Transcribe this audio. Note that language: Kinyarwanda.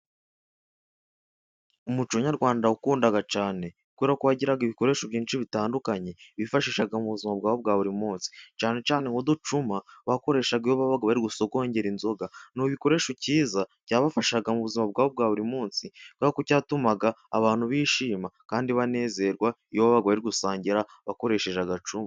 Umuco nyarwanda ndawukunda cyane. kubera ko wagiraga ibikoresho byinshi bitandukanye bifashishaga mu buzima bwabo bwa buri munsi cyane cyane nkuducuma. twakoreshwaga iyo bari gusgoongera inzoga ni igikoresho cyabafashaga mu buzima bwawe bwa buri munsi. kuko cyatimaga abantu bishima kandi banezerwa iyo babaga barigusangira bakoresheje agacuma.